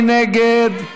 מי נגד?